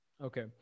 Okay